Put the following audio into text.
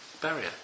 barrier